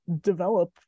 develop